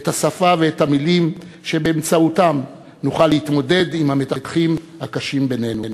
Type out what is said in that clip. את השפה ואת המילים שבאמצעותן נוכל להתמודד עם המתחים הקשים בינינו.